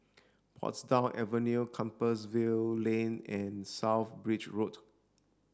Portsdown Avenue Compassvale Lane and South Bridge Road